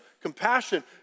compassion